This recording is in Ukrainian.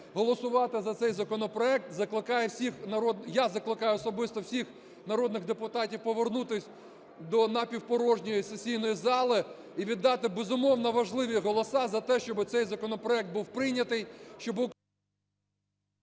голосувати за цей законопроект. Закликає всіх… Я закликаю особисто всіх народних депутатів повернутися до напівпорожньої сесійної зали і віддати, безумовно, важливі голоси за те, щоби цей законопроект був прийнятий,